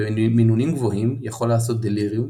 במינונים גבוהים יכול לעשות דליריום